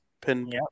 pin